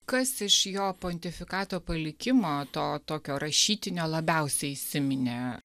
kas iš jo pontifikato palikimo to tokio rašytinio labiausiai įsiminė